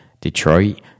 Detroit